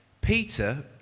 Peter